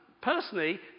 personally